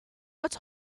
what